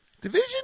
Division